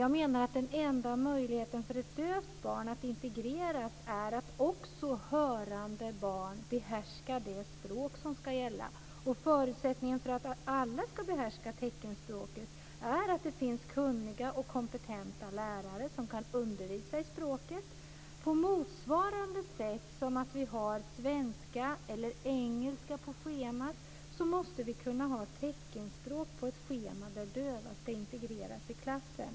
Jag menar att den enda möjligheten för ett dövt barn att integreras är att också hörande barn behärskar det språk som ska gälla. Förutsättningen för att alla ska behärska teckenspråket är att det finns kunniga och kompetenta lärare som kan undervisa i språket. På motsvarande sätt som vi har svenska eller engelska på schemat måste vi kunna ha teckenspråk på ett schema där döva ska integreras i klassen.